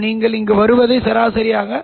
எனவே நம்மிடம் இருப்பது பிளஸ் காலமாகும்